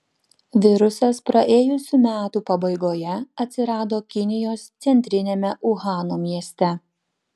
virusas praėjusių metų pabaigoje atsirado kinijos centriniame uhano mieste